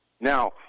Now